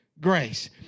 grace